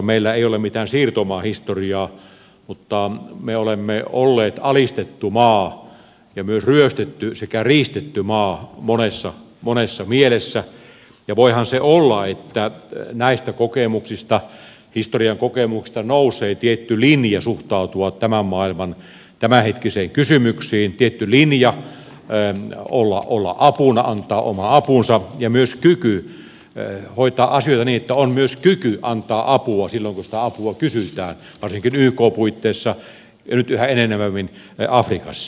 meillä ei ole mitään siirtomaahistoriaa mutta me olemme olleet alistettu maa ja myös ryöstetty sekä riistetty maa monessa mielessä ja voihan se olla että näistä kokemuksista historian kokemuksista nousee tietty linja suhtautua tämän maailman tämänhetkisiin kysymyksiin tietty linja olla apuna antaa oma apunsa ja myös kyky hoitaa asioita niin että on myös kyky antaa apua silloin kun sitä apua kysytään varsinkin ykn puitteissa ja nyt yhä enenevämmin afrikassa